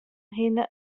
hinne